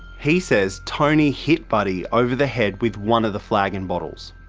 he says tony hit buddy over the head with one of the flagon bottles.